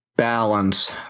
balance